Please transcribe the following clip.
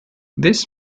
this